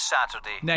Saturday